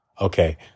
okay